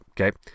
okay